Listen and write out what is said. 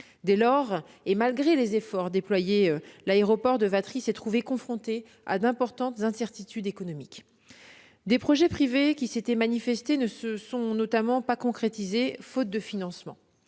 Dès lors, et malgré les efforts déployés, l'aéroport de Vatry s'est trouvé confronté à d'importantes incertitudes économiques. Des projets privés qui s'étaient manifestés ne se sont pas concrétisés, faute de financement.